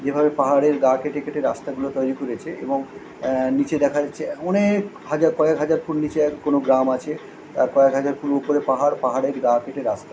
যেভাবে পাহাড়ের গা কেটে কেটে রাস্তাগুলো তৈরি করেছে এবং নিচে দেখা যাচ্ছে অনেক হাজার কয়েক হাজার ফুট নিচে এক কোনো গ্রাম আছে আর কয়েক হাজার ফুট উপরে পাহাড় পাহাড়ের গা কেটে রাস্তা